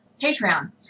Patreon